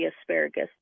asparagus